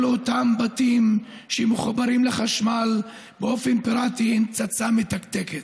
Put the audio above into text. כל אותם בתים שמחוברים לחשמל באופן פיראטי הם פצצה מתקתקת.